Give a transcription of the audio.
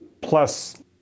plus